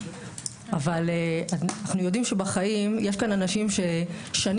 אבל אנחנו יודעים שבחיים יש כאן אנשים ששנים